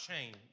change